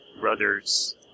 Brothers